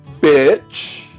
Bitch